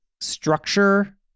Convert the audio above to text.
structure